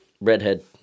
Redhead